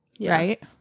Right